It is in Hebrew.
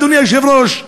אדוני היושב-ראש,